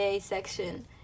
section